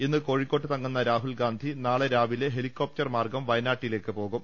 ഇന്ന് കോഴിക്കോട്ട് തങ്ങുന്ന രാഹുൽഗാന്ധി നാളെ രാവിലെ ഹെലികോപ്റ്റർ മാർഗം വയനാട്ടിലേക്ക് പോകും